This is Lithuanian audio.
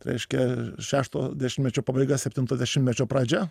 reiškia šešto dešimtmečio pabaiga septinto dešimtmečio pradžia